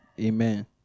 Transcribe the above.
amen